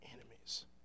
enemies